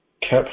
kept